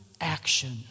action